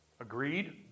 Agreed